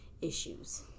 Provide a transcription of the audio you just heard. issues